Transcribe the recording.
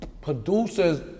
producers